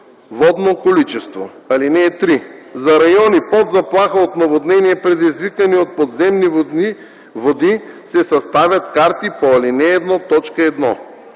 водно количество. (3) За райони под заплаха от наводнения, предизвикани от подземни води, се съставят картите по ал. 1, т. 1.